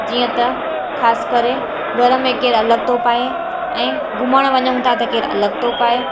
जीअं त ख़ासि करे घर में कहिड़ा लटो पाए ऐं घुमण वञू था त कहिड़ा लटो पाए